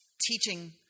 teaching